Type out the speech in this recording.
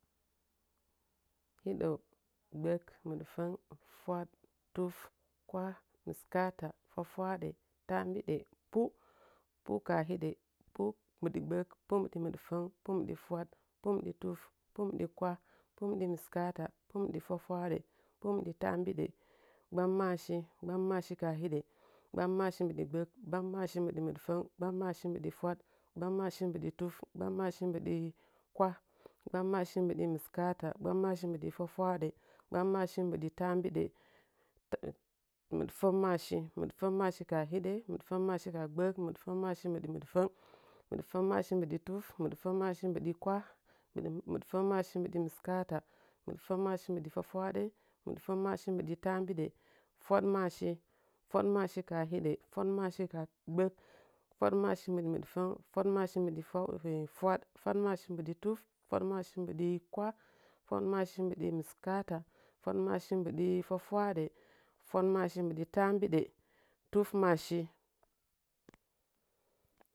Hidəu, gbək, mɨɗfəng, fwaɗ, tuf kwah, miskaata, fwaɗə, taambidə, pu, pu kaa hidə, pukaa gbak, pu kaa mɨɗfəng, pu kaa fwaɗ, pu kaa tuf mu kaa kwah, pukaa mɨs kaata, pulaa fwa fwaɗə pukaatambi də, gbammaashi, gbammashi ka a hidə, gbammashi mbiɗi gbək, gbammashi mbidi mɨɗfəng, gbam maashi mbɨɗi fwaɗ, gbammashi mbiɗi tuf, gbammashi mbiɗi kneah, gbammashi mbɨɗi mɨskaata, gbammashi mbɨɗi fwafwadə, gbammashi mbɨdi taambidə “tat-mɨɗfammaashi mɨɗfangmaashi kaha hiɗə, mɨdfəngmaashi kaha gbək, mɨɗfəngmaashi mbɨdi mɨdfəng mɨdfəngmashi mbɨdi tuf, mɨdfəng maashi mbɨɗi kueah, “mbɨdi mɨdfəmmaashi fwafwaadə mɨɗfəngmaashin mbɨdi taambiɗə, fwaɗmaashi fwaɗmaashi kaha hiɗə, fwadlmaashi kaha gbəka, fwadmaashi, mbɨɗi miɗfəng, fwadmaashi, mbɨdi fwaɗ fwaɗmaashi mbɨɗi tuf, fwadmaashi mbɨɗi kwah, fwadmaashi mbɨɗi mɨskaatai fwaɗmaashi mbɨɗi taambiɗə, tufmaashi.